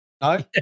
No